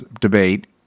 debate